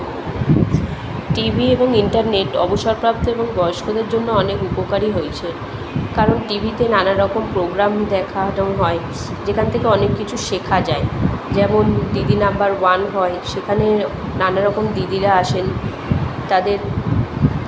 TV এবং internet অবসরপ্রাপ্ত এবং বয়স্কদের জন্য অনেক উপকারী হয়েছে কারণ টিভিতে নানা রকম প্রোগ্রাম দেখানো হয় যেখান থেকে অনেক কিছু শেখা যায় যেমন দিদি নাম্বার ওয়ান হয় সেখানে নানা রকম দিদিরা আসেন তাদের